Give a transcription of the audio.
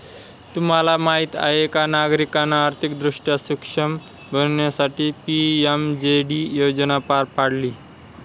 तुम्हाला माहीत आहे का नागरिकांना आर्थिकदृष्ट्या सक्षम बनवण्यासाठी पी.एम.जे.डी योजना पार पाडली